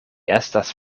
estas